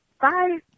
Bye